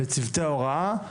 לצוותי ההוראה,